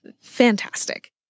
fantastic